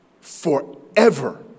forever